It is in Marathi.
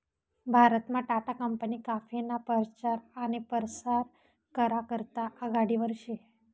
भारतमा टाटा कंपनी काफीना परचार आनी परसार करा करता आघाडीवर शे